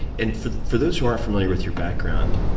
and for for those who aren't familiar with your background,